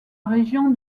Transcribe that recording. région